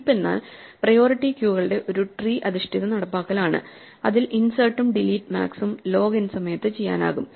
heap എന്നാൽ priority ക്യൂകളുടെ ഒരു ട്രീ അധിഷ്ഠിത നടപ്പാക്കലാണ് അതിൽ ഇൻസെർട്ടും ഡിലീറ്റ് മാക്സും ലോഗ് എൻ സമയത്ത് ചെയ്യാനാകും